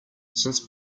since